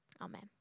Amen